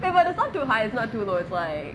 eh but it's not too high it's not too low it's like